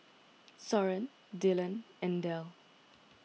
Soren Dylan and Del